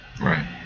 Right